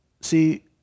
see